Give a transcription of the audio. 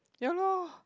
ya lor